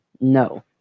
no